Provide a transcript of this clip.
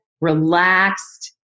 relaxed